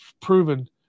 proven